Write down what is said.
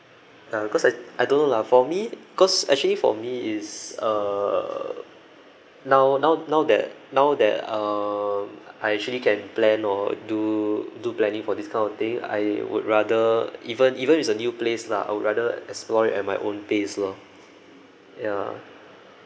ya cause I I don't know lah for me cause actually for me is uh now now now that now that um I actually can plan or do do planning for this kind of thing I would rather even even with a new place lah I would rather explore it at my own pace lor ya